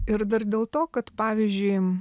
ir dar dėl to kad pavyzdžiui